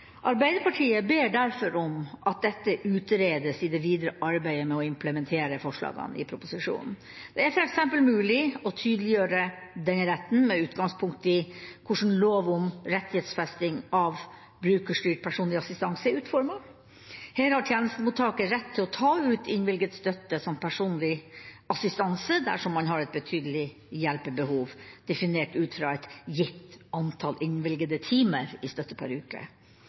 Arbeiderpartiet ber derfor om at dette utredes i det videre arbeidet med å implementere forslagene i proposisjonen. Det er f.eks. mulig å tydeliggjøre denne retten med utgangspunkt i hvordan lov om rettighetsfesting av brukerstyrt personlig assistanse er utformet. Her har tjenestemottaker rett til å ta ut innvilget støtte som personlig assistanse dersom man har et «betydelig hjelpebehov», definert ut fra et gitt antall innvilgede timer i støtte per uke.